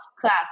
class